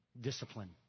discipline